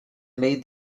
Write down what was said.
made